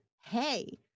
hey